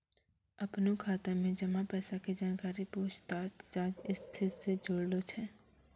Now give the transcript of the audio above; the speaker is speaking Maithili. अपनो खाता मे जमा पैसा के जानकारी पूछताछ जांच स्थिति से जुड़लो छै